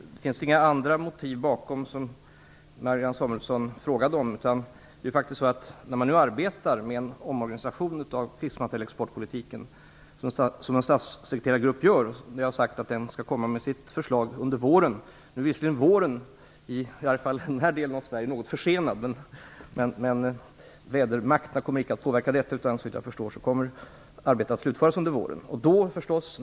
Herr talman! Det finns inga andra bakomliggande motiv, som Marianne Samuelsson frågade om, utan nu arbetar en statssekreterargrupp med en omorganisation av krigsmaterielexportpolitiken. Den skall komma med sitt förslag under våren. Nu är visserligen våren, i alla fall i den här delen av Sverige, något försenad. Men vädermakterna kommer icke att påverka detta, utan arbetet kommer, såvitt jag förstår, att slutföras under våren.